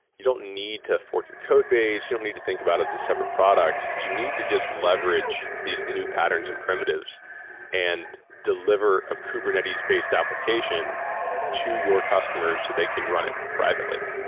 you don't need to fork your codebase. you don't need to think about it as a separate product. you need to just leverage these new patterns and primitives and deliver a kubernetes-based application to your customers so they can run it privately.